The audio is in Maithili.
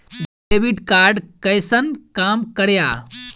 डेबिट कार्ड कैसन काम करेया?